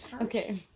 Okay